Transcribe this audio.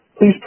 please